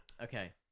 Okay